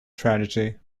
tragedy